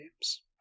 games